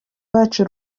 wacu